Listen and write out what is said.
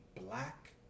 black